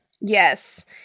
Yes